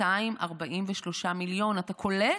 243 מיליון, אתה קולט?